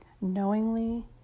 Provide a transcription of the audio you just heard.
knowingly